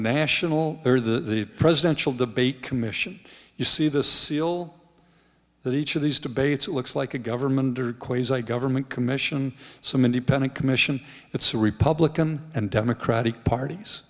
national or the presidential debate commission you see the seal that each of these debates it looks like a government or quasar government commission some independent commission it's a republican and democratic parties